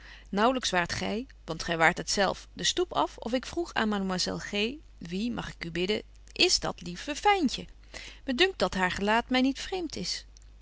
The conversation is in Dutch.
naauwlyks waart gy want gy waart het zelf den stoep af of ik vroeg aan mademoiselle g wie mag ik u bidden is dat lieve fyntje me dunkt dat haar gelaat my niet vreemt is